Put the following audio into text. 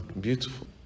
beautiful